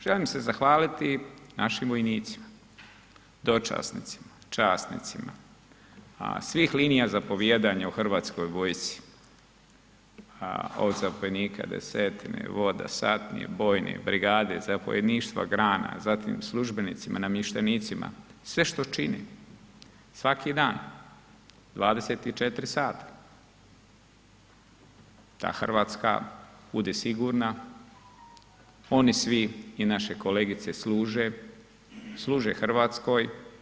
Želim se zahvaliti našim vojnicima, dočasnicima, časnicima, svih linija zapovijedanja u Hrvatskoj vojsci od zapovjednika desetine, voda, satnije, bojne, brigade, zapovjedništva, grana, zatim službenicima namještenicima, sve što čine, svaki dan, 24h da Hrvatska bude sigurna, oni svi i naše kolegice služe, služe Hrvatskoj.